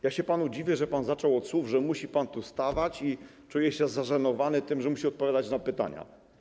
Ja się panu dziwię, że pan zaczął od słów, że musi pan tu stawać i czuje się zażenowany tym, że musi odpowiadać na pytania.